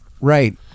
Right